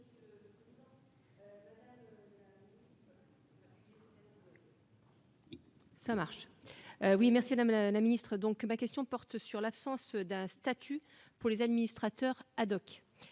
merci, madame la Ministre, donc ma question porte sur l'absence d'un statut pour les administrateurs ad hoc.